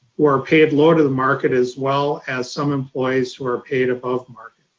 who are paid lower to the market as well as some employees who are paid above market.